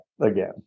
again